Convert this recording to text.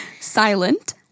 silent